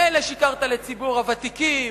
מילא שיקרת לציבור הוותיקים,